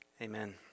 Amen